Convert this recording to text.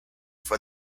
for